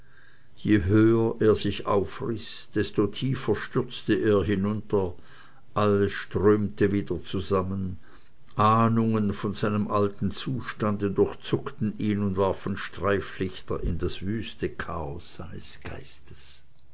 je höher er sich aufriß desto tiefer stürzte er hinunter alles strömte wieder zusammen ahnungen von seinem alten zustande durchzuckten ihn und warfen streiflichter in das wüste chaos seines geistes